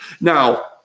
Now